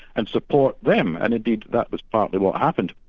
and support them. and indeed that was partly what happened.